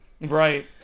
Right